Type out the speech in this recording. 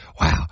wow